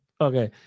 Okay